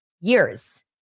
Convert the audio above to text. years